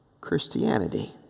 Christianity